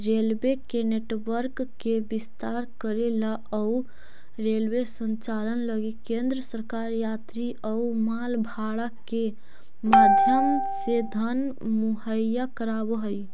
railway के network के विस्तार करेला अउ रेलवे संचालन लगी केंद्र सरकार यात्री अउ माल भाड़ा के माध्यम से धन मुहैया कराव हई